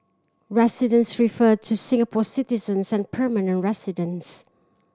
residents refer to Singapore citizens and permanent residents